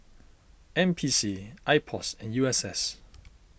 N P C Ipos and U S S